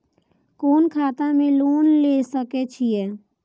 कोन खाता में लोन ले सके छिये?